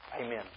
Amen